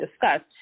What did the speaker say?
discussed